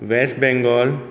west Bengal